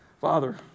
Father